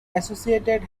associated